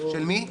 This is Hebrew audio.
של מי?